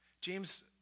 James